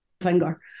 finger